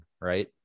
Right